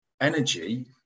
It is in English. energy